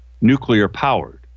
nuclear-powered